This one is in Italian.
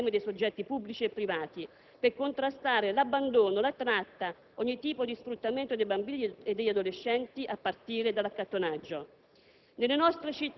e gli atti dell'insieme dei soggetti pubblici e privati per contrastare l'abbandono, la tratta, ogni tipo di sfruttamento dei bambini e degli adolescenti, a partire dall'accattonaggio.